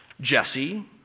Jesse